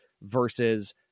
versus